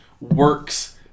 works